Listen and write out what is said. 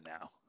now